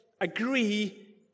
agree